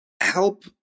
help